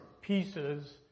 pieces